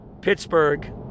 Pittsburgh